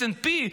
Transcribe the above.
S&P,